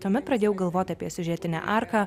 tuomet pradėjau galvot apie siužetinę arką